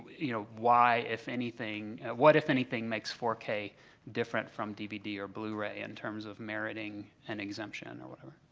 you know, why if anything what, if anything, makes four k different from dvd or blu-ray in terms of meriting an exemption or whatever.